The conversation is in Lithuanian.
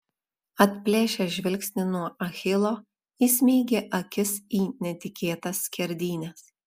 atplėšęs žvilgsnį nuo achilo įsmeigė akis į netikėtas skerdynes